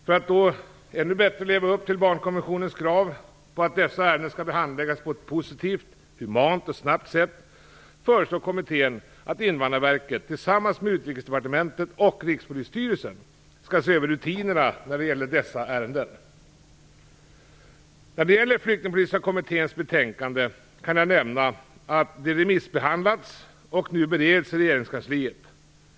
För att ännu bättre leva upp till barnkonventionens krav på att dessa ärenden skall handläggas på ett positivt, humant och snabbt sätt föreslår kommittén att Invandrarverket tillsammans med Utrikesdepartementet och Rikspolisstyrelsen skall se över rutinerna när det gäller dessa ärenden. När det gäller Flyktingpolitiska kommitténs betänkande kan jag nämna att det remissbehandlats och nu bereds i regeringskansliet.